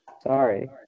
Sorry